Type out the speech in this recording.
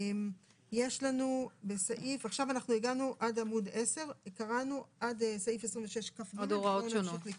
הגענו עד עמ' 10. קראנו עד סעיף 26כג. נמשיך לקרוא.